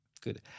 Good